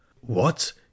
What